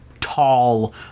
tall